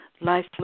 life